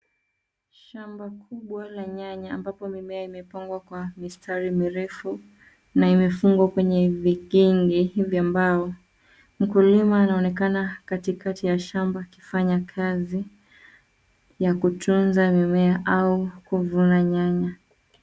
Shamba kubwa la nyanya ambapo mimea imepangwa kwa mistari mirefu na imefungwa kwenye vikingi vya mbao. Mkulima anaonekana katikati ya shamba akifanya kazi ya kutunza mimea au kuvuna nyanya.